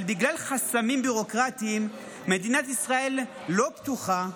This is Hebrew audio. אבל בגלל חסמים ביורוקרטיים מדינת ישראל לא פתוחה,